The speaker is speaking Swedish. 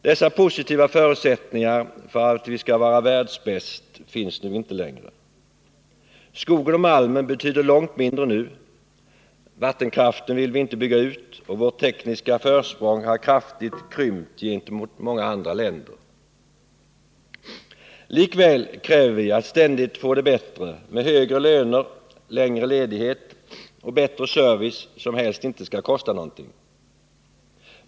Dessa positiva förutsättningar för att vi skall vara världsbäst finns inte längre. Skogarna och malmen betyder långt mindre nu, vattenkraften vill vi inte bygga ut och vårt tekniska försprång gentemot många andra länder har kraftigt krympt. Likväl kräver vi att ständigt få det bättre med högre löner, längre ledighet och bättre service, som helst inte skall kosta någonting.